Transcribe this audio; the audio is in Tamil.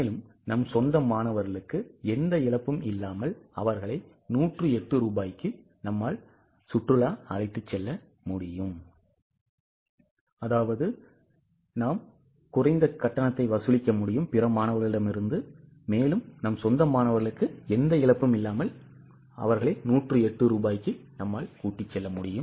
மேலும் நம் சொந்த மாணவர்களுக்குஎந்த இழப்பும் இல்லாமல் அவர்களை 108 ரூபாய்க்கு கூட்டிச் செல்ல முடியும்